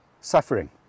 suffering